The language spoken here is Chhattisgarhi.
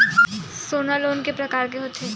सोना लोन के प्रकार के होथे?